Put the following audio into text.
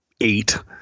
eight